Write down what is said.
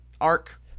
arc